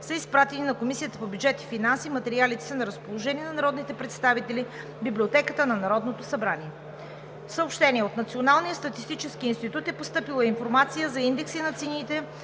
са изпратени на Комисията по бюджет и финанси. Материалите са на разположение на народните представители в Библиотеката на Народното събрание. От Националния статистически институт е постъпила информация за: - Индекси на цените